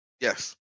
yes